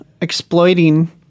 exploiting